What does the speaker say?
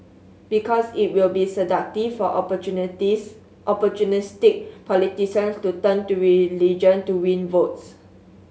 because it will be seductive for opportunities opportunistic politicians to turn to religion to win votes